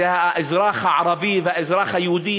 זה האזרח הערבי והאזרח היהודי,